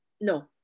No